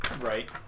Right